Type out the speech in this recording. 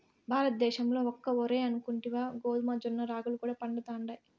భారతద్దేశంల ఒక్క ఒరే అనుకుంటివా గోధుమ, జొన్న, రాగులు కూడా పండతండాయి